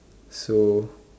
so